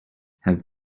have